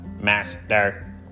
master